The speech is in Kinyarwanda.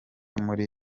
muri